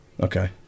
Okay